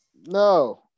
no